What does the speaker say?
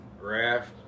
raft